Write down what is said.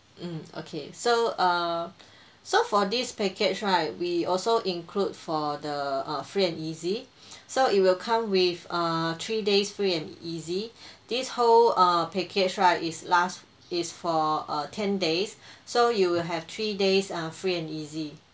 mm okay so err so for this package right we also include for the uh free and easy so it will come with a three days free and easy this whole err package right is last is for err ten days so you will have three days uh free and easy